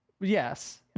Yes